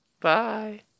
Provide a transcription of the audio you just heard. Bye